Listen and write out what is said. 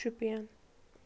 Shopian